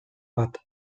bat